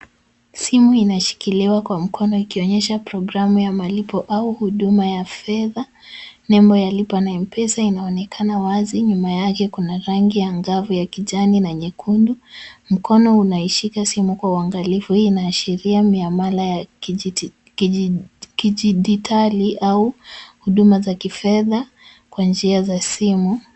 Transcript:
Simu inashikiliwa kwa mkono ikionyesha programu ya malipo au huduma ya fedha. Nembo ya Lipa na M-Pesa inaonekana wazi. Nyuma yake kuna rangi ya ngavu ya kijani na nyekundu. Mkono unaishika simu kwa uangalifu. Hii inaashiria miamala ya kijiditali au huduma za kifedha kwa njia za simu.